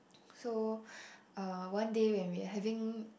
so uh one day when we're having